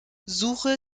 suche